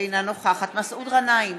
אינה נוכחת מסעוד גנאים,